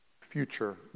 future